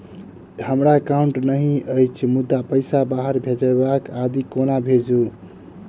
हमरा एकाउन्ट नहि अछि मुदा पैसा बाहर भेजबाक आदि केना भेजू?